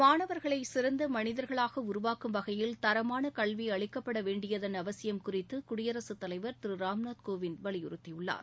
மாணவர்களை சிறந்த மனிதர்களாக உருவாக்கும் வகையில் தரமான கல்வி அளிக்கப்பட வேண்டியதன் அவசியம் குறித்து குடியரசு தலைவர் திரு ராம்நாத் கோவிந்த் வலியுறுத்தியுள்ளார்